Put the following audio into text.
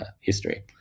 history